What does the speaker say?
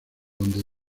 donde